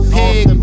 pig